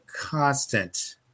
constant